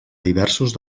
diversos